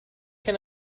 can